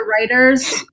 writers